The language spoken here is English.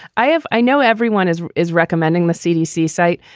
i have. i know everyone is is recommending the cdc site.